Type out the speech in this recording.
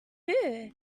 too